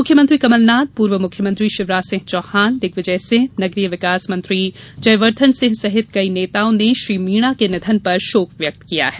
मुख्यमंत्री कमलनाथ पूर्व मुख्यमंत्री शिवराज सिंह चौहान दिग्विजय सिंह नगरीय विकास मंत्री जयवर्द्वन सिंह सहित कई र्नेताओं ने श्री मीणा के निधन पर शोक व्यक्त किया है